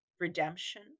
redemption